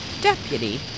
Deputy